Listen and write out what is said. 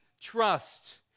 trust